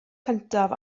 cyntaf